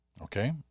Okay